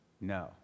No